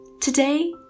Today